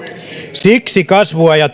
siksi kasvua ja